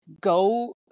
go